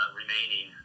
remaining